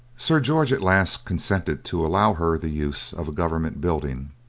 sir george at last consented to allow her the use of a government building,